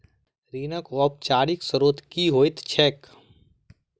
ऋणक औपचारिक स्त्रोत की होइत छैक?